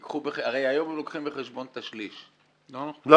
הרי היום הם מביאים בחשבון את השליש --- לא.